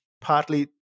partly